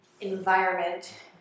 environment